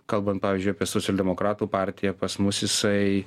kalbant pavyzdžiui apie socialdemokratų partiją pas mus jisai